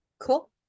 cool